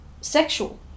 sexual